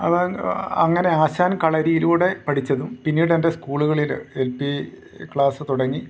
അത് അങ്ങനെ ആശാൻ കളരിയിലൂടെ പഠിച്ചതും പിന്നീടെൻ്റെ സ്കൂളുകളിൽ എൽ പി ക്ലാസ് തുടങ്ങി